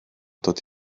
dod